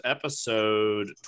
episode